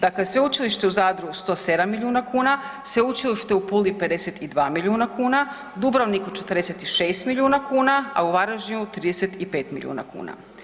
Dakle, Sveučilište u Zadru 107 milijuna kuna, Sveučilište u Puli 52 milijuna kuna, Dubrovniku 46 milijuna kuna, a u Varaždinu 35 milijuna kuna.